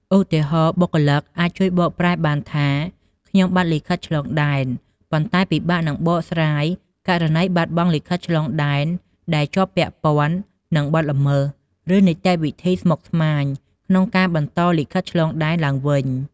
ឧទាហរណ៍ បុគ្គលិកអាចជួយបកប្រែបានថា "ខ្ញុំបាត់លិខិតឆ្លងដែន" ប៉ុន្តែពិបាកនឹងបកស្រាយករណីបាត់បង់លិខិតឆ្លងដែនដែលជាប់ពាក់ព័ន្ធនឹងបទល្មើស ឬនីតិវិធីស្មុគស្មាញក្នុងការបន្តលិខិតឆ្លងដែនឡើងវិញ។